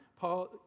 Paul